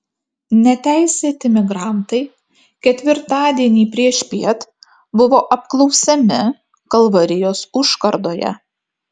neteisėti migrantai ketvirtadienį priešpiet buvo apklausiami kalvarijos užkardoje